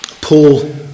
Paul